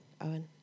Owen